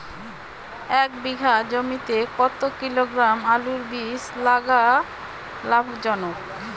এক বিঘা জমিতে কতো কিলোগ্রাম আলুর বীজ লাগা লাভজনক?